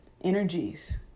energies